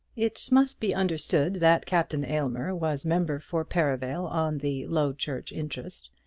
it must be understood that captain aylmer was member for perivale on the low church interest,